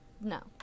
No